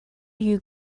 you